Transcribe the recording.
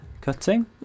cutting